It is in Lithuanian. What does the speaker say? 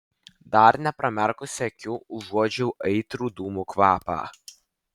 dar nepramerkusi akių užuodžiau aitrų dūmų kvapą